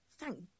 Thank